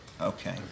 Okay